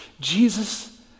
Jesus